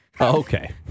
Okay